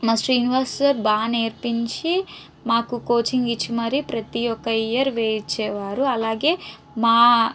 మా శ్రీనివాస్ సార్ బాగా నేర్పించి మాకు కోచింగ్ ఇచ్చి మరీ ప్రతి ఒక ఇయర్ వేయించే వారు అలాగే మా